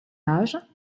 âge